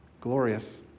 glorious